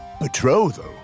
Betrothal